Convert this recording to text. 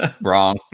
Wrong